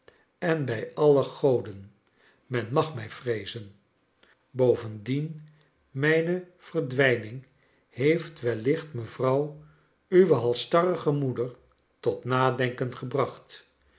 en bij alle goden men mag mij vreezen bovendien mijne verdwijning heeft wellicht mevrouw uwe halsstarrige moeder tot nadenken gebracht